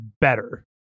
better